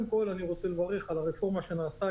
אני רוצה לברך על הרפורמה הטובה שנעשתה,